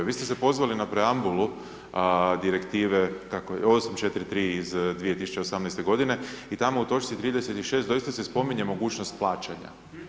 Vi ste se pozvali na preambulu Direktive 843 iz 2018.-te godine i tamo u točci 36. doista se spominje mogućnost plaćanja.